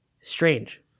Strange